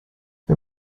wer